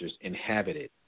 inhabited